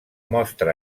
mostra